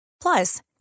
Plus